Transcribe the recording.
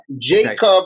Jacob